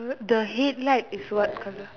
the head light is what colour